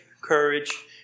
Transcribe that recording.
courage